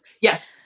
Yes